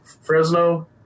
Fresno